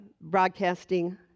Broadcasting